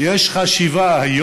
מה הוא